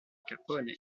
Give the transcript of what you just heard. capone